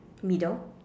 middle